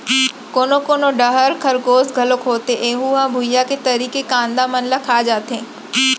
कोनो कोनो डहर खरगोस घलोक होथे ऐहूँ ह भुइंया के तरी के कांदा मन ल खा जाथे